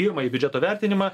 pirmąjį biudžeto vertinimą